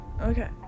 Okay